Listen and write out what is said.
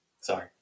Sorry